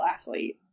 athlete